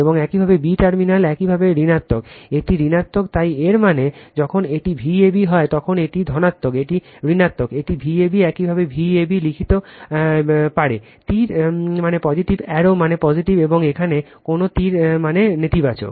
এবং একইভাবে b terminal একইভাবে ঋণাত্মক এটি ঋণাত্মক তাই এর মানে যখন এটি Vab হয় তখন এটি ধনাত্মক এটি ঋণাত্মক এটি Vab একইভাবে Vab লিখতে পারে তীর মানে পজিটিভ অ্যারো মানে পজিটিভ এবং এখানে কোন তীর মানে নেতিবাচক